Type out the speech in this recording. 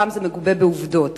הפעם זה מגובה בעובדות,